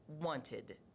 wanted